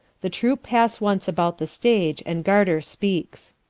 the troope passe once about the stage, and garter speakes.